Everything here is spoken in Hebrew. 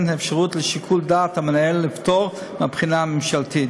אפשרות לשיקול דעת מצד המנהל לפטור מהבחינה הממשלתית.